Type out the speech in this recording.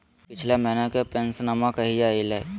पिछला महीना के पेंसनमा कहिया आइले?